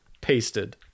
Pasted